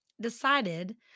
decided